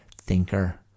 thinker